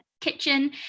kitchen